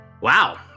Wow